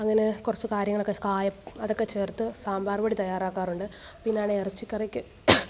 അങ്ങനെ കുറച്ച് കാര്യങ്ങളൊക്കെ കായം അതൊക്കെ ചേർത്ത് സാമ്പാർ പൊടി തയാറാക്കാറുണ്ട് പിന്നാണെ ഇറച്ചിക്കറിക്ക്